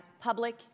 public